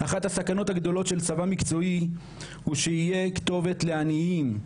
אחת הסכנות הגדולות של צבא מקצועי הוא שהוא שיהיה כתובת לעניים,